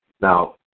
Now